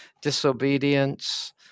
Disobedience